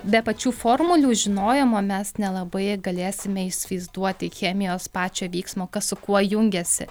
be pačių formulių žinojimo mes nelabai galėsime įsivaizduoti chemijos pačio vyksmo kas su kuo jungiasi